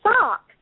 sock